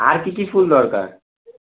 আর কী কী ফুল দরকার